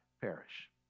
perish